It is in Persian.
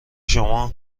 شما